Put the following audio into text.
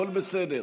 הכול בסדר.